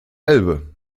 elbe